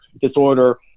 disorder